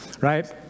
right